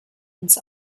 uns